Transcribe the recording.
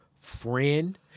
friend